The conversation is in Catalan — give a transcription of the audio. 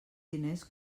diners